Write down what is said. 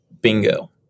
Bingo